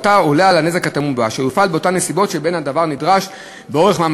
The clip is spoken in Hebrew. ההסדרים המוצעים הם חלק מהוראת שעה הקבועה למשך ארבע שנים מיום